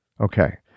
Okay